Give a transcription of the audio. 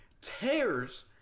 tears